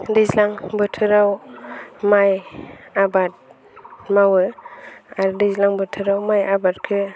दैज्लां बोथोराव माइ आबाद मावो आरो दैज्लां बोथोराव माइ आबादखो